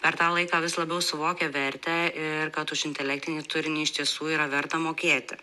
per tą laiką vis labiau suvokia vertę ir kad už intelektinį turinį iš tiesų yra verta mokėti